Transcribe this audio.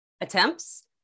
attempts